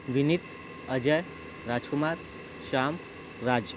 Vineet Ajay Rajkumar Sham Raj